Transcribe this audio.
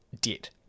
debt